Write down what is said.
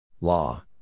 Law